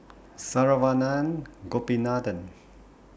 Saravanan Gopinathan